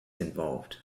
involved